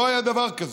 לא היה דבר כזה.